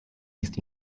ist